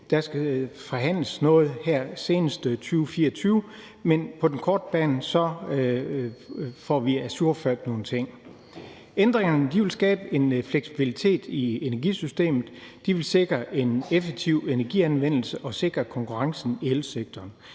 her skal der forhandles senest i 2024 – men på den korte bane får vi ajourført nogle ting. Ændringerne vil skabe en fleksibilitet i energisystemet. De vil sikre en effektiv energianvendelse og sikre konkurrencen i elsektoren.